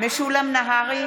משולם נהרי,